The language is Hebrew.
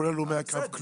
כולל הלומי הקרב,